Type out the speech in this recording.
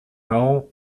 marrant